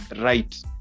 right